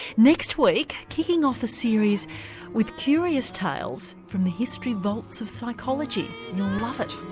next week kicking off a series with curious tales from the history vaults of psychology you'll love it.